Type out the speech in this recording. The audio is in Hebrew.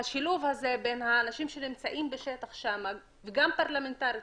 השילוב הזה בין האנשים שנמצאים בשטח שם ופה בפרלמנט,